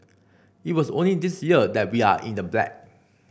it was only this year that we are in the black